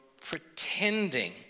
pretending